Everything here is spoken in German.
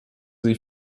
sie